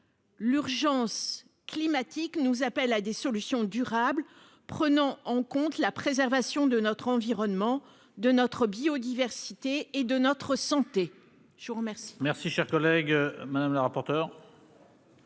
L'urgence climatique nous appelle à des solutions durables prenant en compte la préservation de notre environnement de notre biodiversité et de notre santé. Je vous remercie.